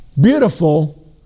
beautiful